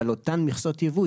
על אותן מכסות ייבוא,